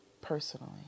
personally